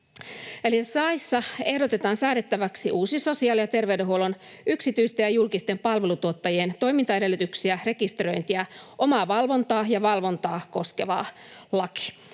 laissa ehdotetaan säädettäväksi uusi sosiaali- ja terveydenhuollon yksityisten ja julkisten palveluntuottajien toimintaedellytyksiä, rekisteröintiä, omavalvontaa ja valvontaa koskeva laki.